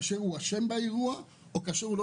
כאשר הנפגע אשם באירוע וכאשר הוא לא